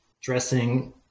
dressing